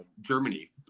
germany